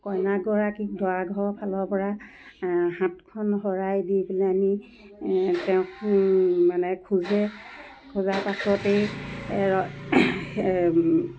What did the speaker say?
কইনাগৰাকীক দৰাঘৰৰ ফালৰ পৰা সাতখন শৰাই দি পেলানি তেওঁক মানে খোজে খোজাৰ পাছতেই